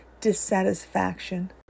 dissatisfaction